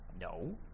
No